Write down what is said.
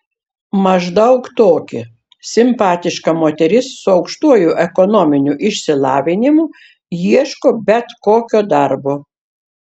maždaug tokį simpatiška moteris su aukštuoju ekonominiu išsilavinimu ieško bet kokio darbo